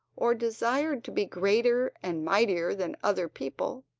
or desired to be greater and mightier than other people,